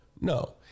no